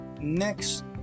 next